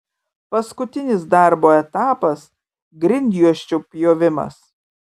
paskutinis darbo etapas grindjuosčių pjovimas